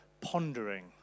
pondering